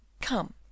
Come